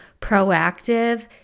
proactive